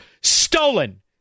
stolen